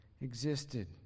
existed